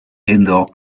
indoor